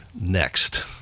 next